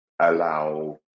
allow